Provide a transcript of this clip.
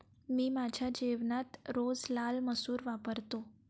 मी माझ्या जेवणात रोज लाल मसूर वापरतो